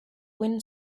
wind